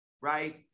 right